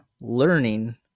learning